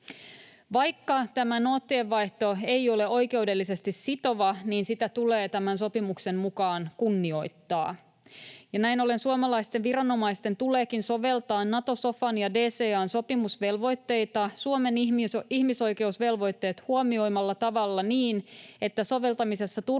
Vaikka tämä noottien vaihto ei ole oikeudellisesti sitova, niin sitä tulee tämän sopimuksen mukaan kunnioittaa, ja näin ollen suomalaisten viranomaisten tuleekin soveltaa Nato-sofan ja DCA:n sopimusvelvoitteita Suomen ihmisoikeusvelvoitteet huomioivalla tavalla niin, että soveltamisessa